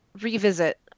revisit